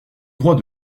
droit